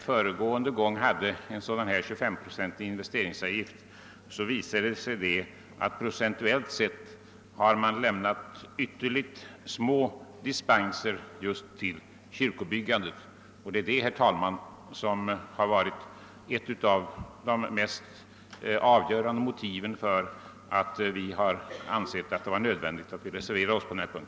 Förra gången vi hade en 25-procentig investeringsavgift visade det sig nämligen, att det procentuellt sett lämnades ytterst obetydliga dispenser för kyrkobyggande, och detta, herr talman, har varit ett av de mest avgörande motiven för vår reservation på denna punkt.